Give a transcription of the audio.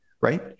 right